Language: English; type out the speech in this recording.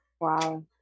Wow